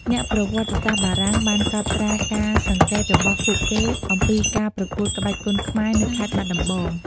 អ្នកប្រវត្តិសាស្រ្តបារាំងបានកត់ត្រាការសង្កេតរបស់ពួកគេអំពីការប្រកួតក្បាច់គុនខ្មែរនៅខេត្តបាត់ដំបង។